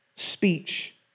Speech